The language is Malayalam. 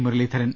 മുരളീധരൻ